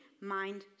mind